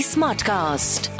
Smartcast